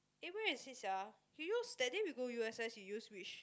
eh where is it sia that day we go U_S_S you use which